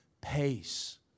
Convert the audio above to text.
pace